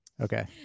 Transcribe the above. Okay